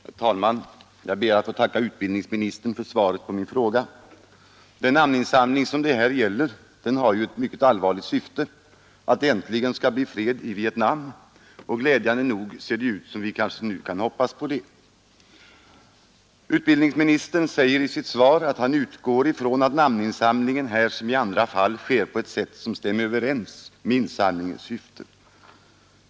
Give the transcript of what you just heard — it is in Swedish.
Herr talman! Jag ber att få tacka utbildningsministern för svaret på min fråga. Den namninsamling som det här gäller har ett mycket allvarligt syfte: att det äntligen skall bli fred i Vietnam, och glädjande nog ser det ut som om vi nu kan hoppas på det. Utbildningsministern säger i sitt svar att han utgår från att namninsamlingen — här som i andra fall — sker på ett sätt som stämmer överens med insamlingens syfte.